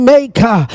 Maker